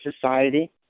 society